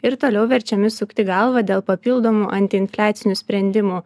ir toliau verčiami sukti galvą dėl papildomų antiinfliacinių sprendimų